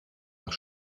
nach